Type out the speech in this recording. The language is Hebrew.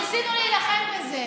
ניסינו להילחם בזה.